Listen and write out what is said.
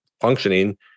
functioning